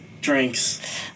Drinks